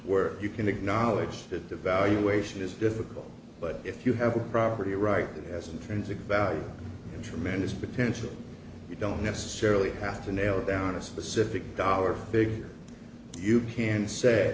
where you can acknowledge that the valuation is difficult but if you have a property right as an intrinsic value in tremendous potential you don't necessarily have to nail down a specific dollar figure you can say